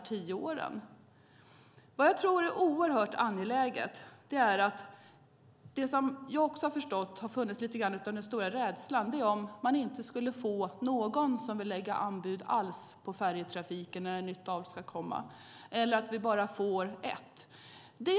Som jag har förstått det har den stora rädslan varit att ingen alls vill lägga anbud på färjetrafiken när ett nytt avtal ska komma eller att vi får bara ett anbud.